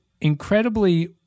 incredibly